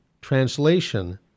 translation